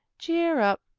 cheer up,